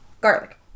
Garlic